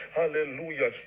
hallelujah